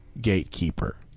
gatekeeper